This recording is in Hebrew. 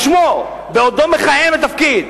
בעודו מכהן בתפקיד,